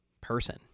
person